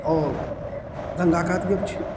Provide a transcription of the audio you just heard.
आओर गङ्गा कात गेल छी